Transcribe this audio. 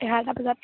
এঘাৰটা বজাত